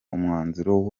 umwanzuro